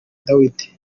dawidi